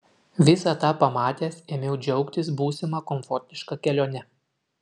visą tą pamatęs ėmiau džiaugtis būsima komfortiška kelione